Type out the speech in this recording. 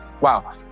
Wow